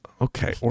okay